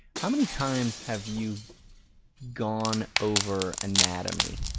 how many times have you gone over anatomy?